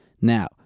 Now